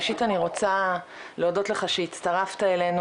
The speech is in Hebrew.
ראשית אני רוצה להודות לך שהצטרפת אלינו,